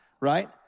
right